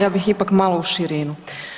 Ja bih ipak malo u širinu.